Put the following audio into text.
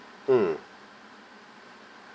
mm